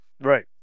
Right